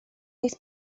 jest